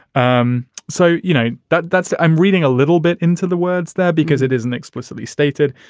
um so, you know, that's that's i'm reading a little bit into the words there because it isn't explicitly stated.